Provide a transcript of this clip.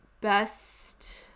best